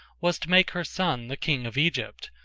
was to make her son the king of egypt,